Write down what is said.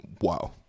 Wow